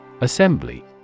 Assembly